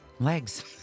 legs